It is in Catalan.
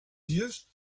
dies